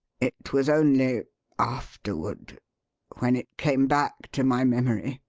it was only afterward when it came back to my memory